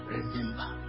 Remember